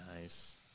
Nice